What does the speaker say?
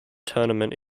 tournament